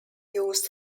used